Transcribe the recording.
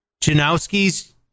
Janowski's